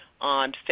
On